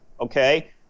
okay